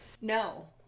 No